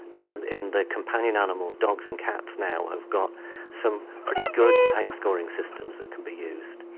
and in the companion animals, dogs and cats now we've got some pretty good pain-scoring systems that can be used.